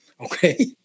Okay